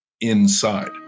inside